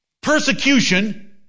persecution